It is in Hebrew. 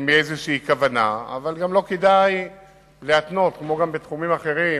אבל גם לא כדאי להתנות, כמו בתחומים אחרים,